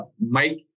Mike